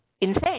insane